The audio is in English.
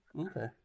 Okay